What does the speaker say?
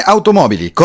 Automobili